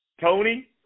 Tony